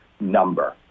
number